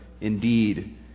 indeed